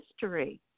history